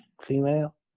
female